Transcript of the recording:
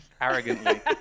arrogantly